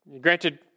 Granted